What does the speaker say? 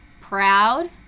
proud